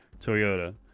Toyota